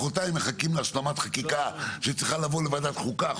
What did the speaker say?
מחרתיים מחכים להשלמת חקיקה שצריכה לבוא לוועדת חוקה,